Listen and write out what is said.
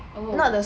oh